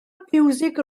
fiwsig